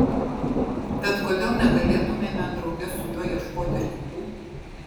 tad kodėl negalėtumėme drauge su juo ieškoti ir kitų